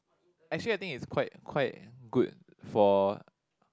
actually I think it's quite quite good for